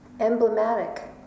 Emblematic